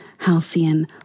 halcyon